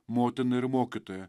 motina ir mokytoja